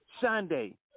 Sunday